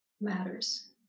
matters